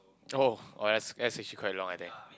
orh orh that's that's actually quite long I think